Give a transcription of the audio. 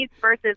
Versus